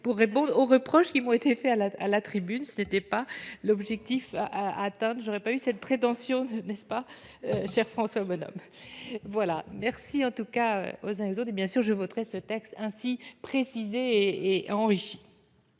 pour répondre aux reproches qui m'ont été faits à la à la tribune, c'était pas l'objectif à atteinte, j'aurais pas eu cette prétention n'est-ce pas cher François Bonhomme voilà, merci en tout cas aux uns et aux autres bien sûr, je voterai ce texte ainsi précisé et enrichi.